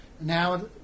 Now